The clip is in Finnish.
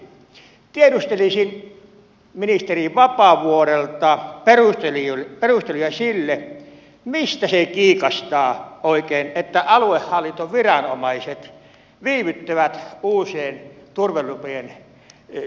tiedustelisin ministeri vapaavuorelta perusteluja siihen mistä se kiikastaa oikein että aluehallintoviranomaiset viivyttävät uusien turvelupien saamista